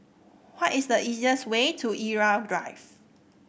what is the easiest way to Irau Drive